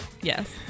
Yes